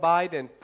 Biden